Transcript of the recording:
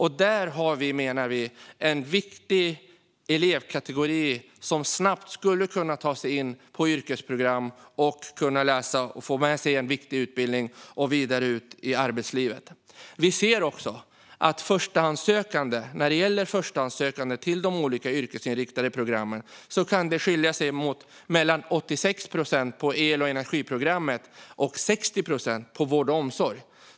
Här har vi en elevkategori som snabbt skulle kunna ta sig in på yrkesprogram, få med sig en viktig utbildning och gå vidare ut i arbetslivet. Hur många som är förstahandssökande till de olika yrkesinriktade programmen skiljer sig åt. På el och energiprogrammet är det 86 procent medan det på vård och omsorgsprogrammet är 60 procent. Fru talman!